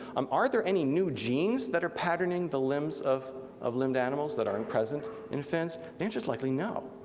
um are there any new genes that are patterning the limbs of of limbed animals that aren't in present in fins. the answer's likely no.